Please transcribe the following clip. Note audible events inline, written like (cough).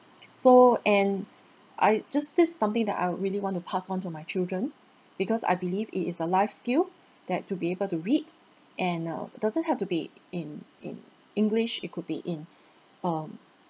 (breath) so and I just this is something that I would really want to pass on to my children because I believe it is a life skill that to be able to read and uh doesn't have to be in in english it could be in um